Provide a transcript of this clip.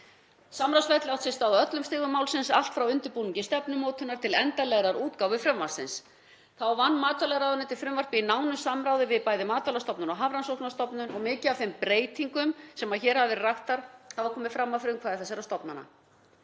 Samráðsferli hefur átt sér stað á öllum stigum málsins, allt frá undirbúningi stefnumótunarinnar til endanlegrar útgáfu frumvarpsins. Þá vann matvælaráðuneytið frumvarpið í nánu samráði við Matvælastofnun og Hafrannsóknastofnun og mikið af þeim breytingum sem hér hafa verið raktar hafa komið að frumkvæði þessara stofnana.